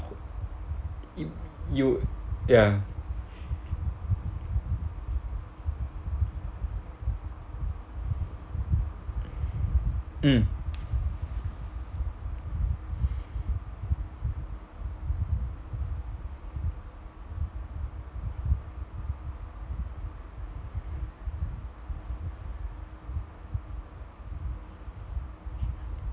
you ya mm